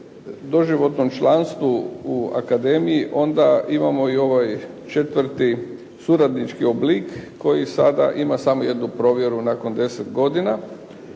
doživotnom članstvu u akademiji onda imamo i ovaj četvrti suradnički oblik koji sada ima samo jednu provjeru nakon deset godina